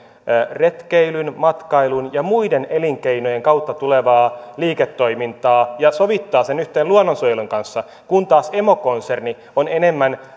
retkeilyn matkailun ja muiden elinkeinojen kautta tulevaa liiketoimintaa ja sovittaa sen yhteen luonnonsuojelun kanssa kun taas emokonserni on enemmän